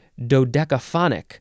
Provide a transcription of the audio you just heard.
dodecaphonic